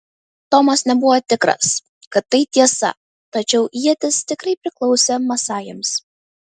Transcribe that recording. tomas nebuvo tikras kad tai tiesa tačiau ietis tikrai priklausė masajams